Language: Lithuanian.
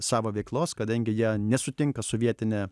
savo veiklos kadangi jie nesutinka su vietine